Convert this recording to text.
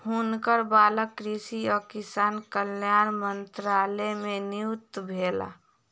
हुनकर बालक कृषि आ किसान कल्याण मंत्रालय मे नियुक्त भेला